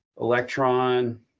Electron